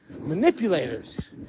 manipulators